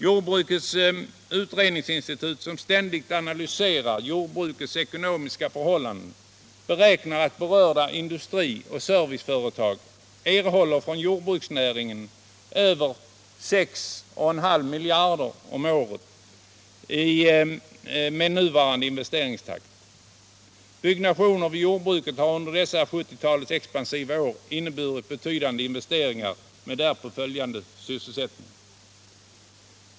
Jordbrukets utredningsinstitut, som ständigt analyserar jordbrukets ekonomiska förhållanden, beräknar att berörda industrioch serviceföretag från jordbruksnäringen erhåller över 6,5 miljarder kronor om året med nuvarande investeringstakt. Byggnationer vid jordbruket har också under dessa 1970-talets expansiva år inneburit betydande investeringar med därpå följande sysselsättning.